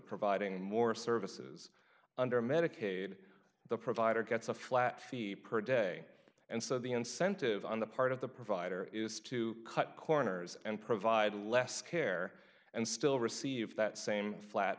providing more services under medicaid the provider gets a flat fee per day and so the incentive on the part of the provider is to cut corners and provide less care and still receive that same flat